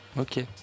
ok